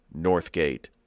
Northgate